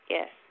Yes